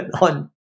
on